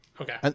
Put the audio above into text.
Okay